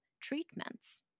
treatments